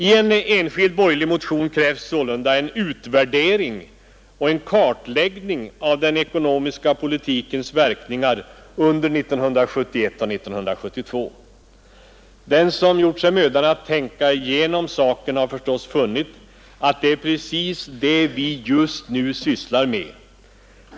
I en enskild borgerlig motion krävs sålunda en utvärdering och kartläggning av den ekonomiska politikens verkningar under 1971 och 1972. Den som gjort sig mödan att tänka igenom saken har förstås funnit att det är precis det vi just nu sysslar med.